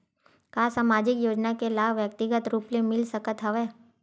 का सामाजिक योजना के लाभ व्यक्तिगत रूप ले मिल सकत हवय?